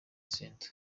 center